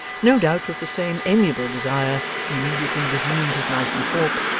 no doubt with the same amiable desire, he immediately resumed his knife and fork,